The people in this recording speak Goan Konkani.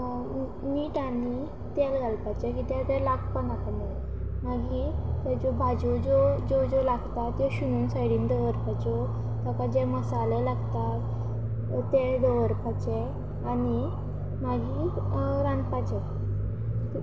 मीट आनी तेल घालपाचें कित्याक ते लागपा नाका म्हणून मागीर ताच्यो भाज्यो ज्यो ज्यो ज्यो लागता त्यो शिनून सायडीन दवरपाच्यो ताका जे मसाले लागता ते दवरपाचे आनी मागीर रांदपाचें